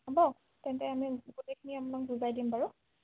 হ'ব তেন্তে আমি গোটেইখিনি আপোনাক বুজাই দিম বাৰু